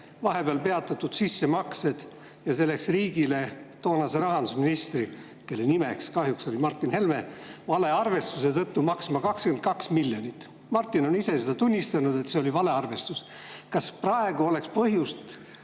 vahepeal peatatud sissemaksed ja see läks riigile toonase rahandusministri, kelle nimeks kahjuks oli Martin Helme, valearvestuse tõttu maksma 22 miljonit eurot. Martin on ise tunnistanud, et see oli valearvestus. Kas praegu oleks põhjust